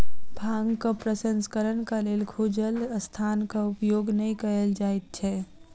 भांगक प्रसंस्करणक लेल खुजल स्थानक उपयोग नै कयल जाइत छै